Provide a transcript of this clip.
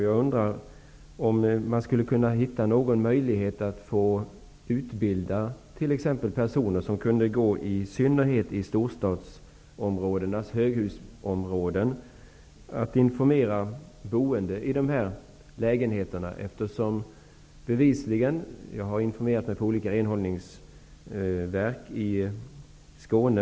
Jag undrar om man skulle kunna hitta någon möjlighet att t.ex. utbilda personer som kunde gå runt i synnerhet i storstadsområdenas höghusområden och informera boende i dessa lägenheter. Jag har informerat mig på olika renhållningsverk i Skåne.